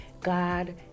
God